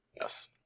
Yes